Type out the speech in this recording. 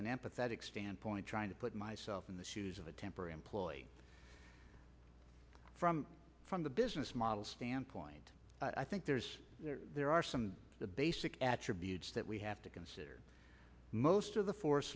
an empathetic standpoint trying to put myself in the shoes of a temporary employee from from the business model standpoint i think there's there are some of the basic attributes that we have to consider most of the forest